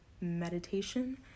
meditation